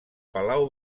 palau